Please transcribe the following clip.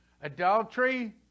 Adultery